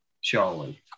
surely